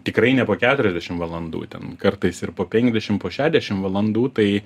tikrai ne po keturiadešim valandų ten kartais ir po penkdešim po šešiadešim valandų tai